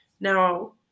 Now